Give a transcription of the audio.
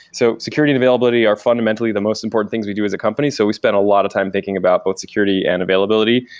so security and availability are fundamentally the most important things we do as accompany. so we spent a lot of time thinking about both security and availability.